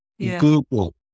Google